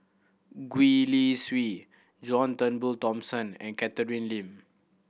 Gwee Li Sui John Turnbull Thomson and Catherine Lim